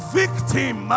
victim